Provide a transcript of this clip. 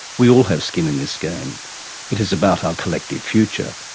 we all have skin in this game it is about our collective future.